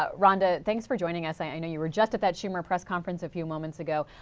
ah rhonda, thanks for joining us. i know you're just at that schumer press conference a few moments ago.